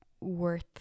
worth